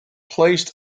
placed